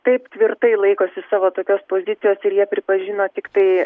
taip tvirtai laikosi savo tokios pozicijos ir jie pripažino tiktai